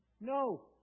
No